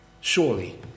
Surely